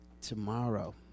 Tomorrow